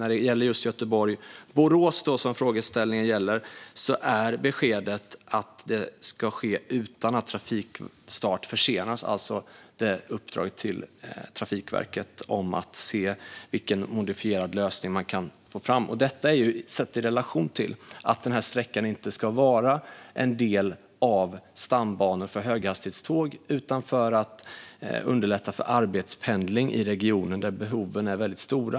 När det handlar just om Göteborg-Borås, som frågeställningen gäller, är beskedet att det ska ske utan att trafikstart försenas. Det handlar alltså om uppdraget till Trafikverket att se vilken modifierad lösning man kan få fram. Detta är satt i relation till att sträckan inte ska vara en del av stambanor för höghastighetståg utan i stället underlätta för arbetspendling i regionen, där behoven är väldigt stora.